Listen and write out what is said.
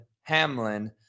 Hamlin